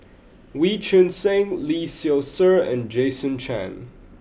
Wee Choon Seng Lee Seow Ser and Jason Chan